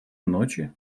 ночи